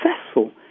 successful